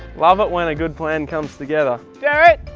love it when a good plan comes together!